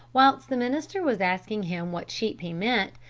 whilst the minister was asking him what sheep he meant,